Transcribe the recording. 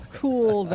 cool